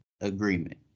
agreement